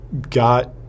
got